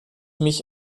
mich